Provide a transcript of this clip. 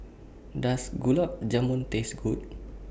Does Gulab Jamun Taste Good